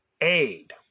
aid